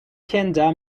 kinda